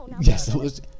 Yes